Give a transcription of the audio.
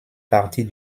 partie